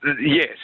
Yes